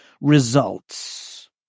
results